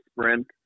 sprint